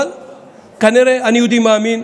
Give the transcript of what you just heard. אבל אני יהודי מאמין.